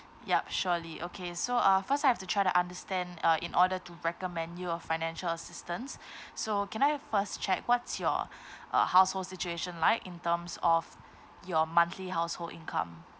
yup surely okay so uh first I've to try to understand uh in order to recommend you a financial assistance so can I first check what's your uh household situation like in terms of your monthly household income